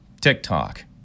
TikTok